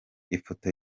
ifoto